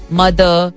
mother